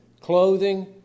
clothing